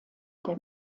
der